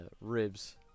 ribs